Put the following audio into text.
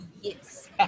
yes